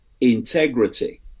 integrity